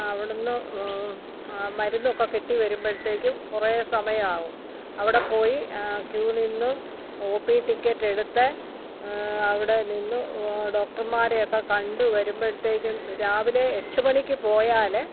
അവിടെ നിന്ന് മരുന്നൊക്കെ കിട്ടി വരുമ്പോഴത്തേക്കും കുറേ സമയമാകും അവിടെ പോയി ക്യൂ നിന്ന് ഓ പി ടിക്കറ്റ് എടുത്ത് അവിടെ നിന്ന് ഡോക്ടർമാരെയൊക്കെ കണ്ട് വരുമ്പോഴത്തേക്കും രാവിലെ എട്ടു മണിക്ക് പോയാൽ